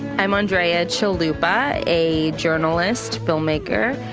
i'm andrea chalupa, a journalist, filmmaker,